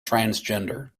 transgender